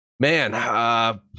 Man